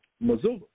Missoula